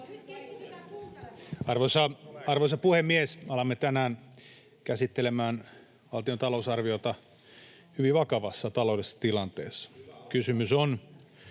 Arvoisa puhemies! Alamme tänään käsittelemään valtion talousarviota hyvin vakavassa taloudellisessa tilanteessa. Kysymys on